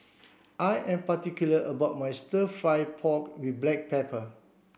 I am particular about my stir fry pork with black pepper